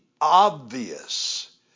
obvious